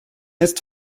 ist